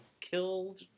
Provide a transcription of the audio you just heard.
killed